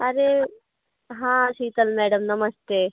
अरे हाँ शीतल मैडम नमस्ते